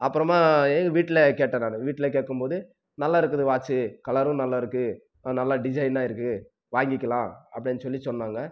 அப்புறமா எங்கள் வீட்டில் கேட்டேன் நான் வீட்டில் கேட்கும் போது நல்லாயிருக்குது வாட்ச்சு கலரும் நல்லா இருக்குது நல்ல டிசைனாக இருக்குது வாங்கிக்கலாம் அப்படினு சொல்லி சொன்னாங்க